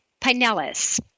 Pinellas